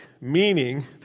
meaning